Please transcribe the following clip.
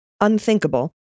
Unthinkable